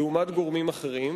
לעומת גורמים אחרים,